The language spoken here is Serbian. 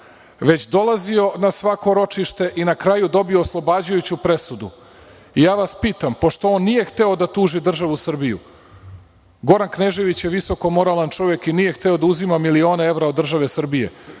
već dolazio na svako ročište i na kraju dobio oslobađajuću presudu. On nije hteo da tuži državu Srbiju. Goran Knežević je visokomoralan čovek i nije hteo da uzima milione evra od države Srbije.